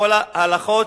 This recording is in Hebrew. בכל ההלכות"